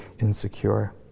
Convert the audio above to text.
insecure